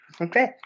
okay